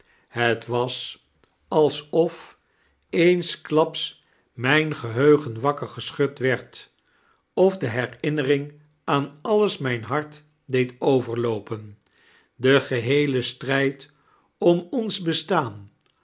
het was alsof eensklaps mijn geheugen wakker geschud werd of de herinnering aan alles mijn hart deed overloopen de geheele strijd om ons bestaan